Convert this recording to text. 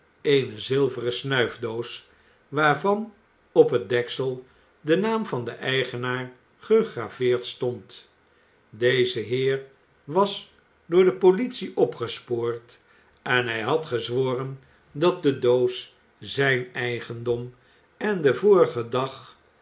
eene zilveren snuifdoos waarvan op het deksel de naam van den eigenaar gegraveerd stond deze heer was door de poitie opgespoord en hij had gezworen dat de doos zijn eigendom en den vorigen dag